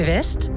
West